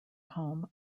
home